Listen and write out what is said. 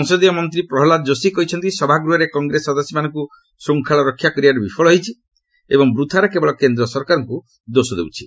ସଂସଦୀୟ ମନ୍ତ୍ରୀ ପ୍ରହଲ୍ଲାଦ ଯୋଶୀ କହିଛନ୍ତି ସଭାଗୃହରେ କଂଗ୍ରେସ ସଦସ୍ୟମାନଙ୍କୁ ଶୃଙ୍ଖଳା ରକ୍ଷା କରିବାରେ ବିଫଳ ହୋଇଛି ଏବଂ ବୂଥାରେ କେବଳ କେନ୍ଦ୍ର ସରକାରଙ୍କୁ ଦୋଷ ଦିଆଯାଉଛି